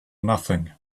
nothing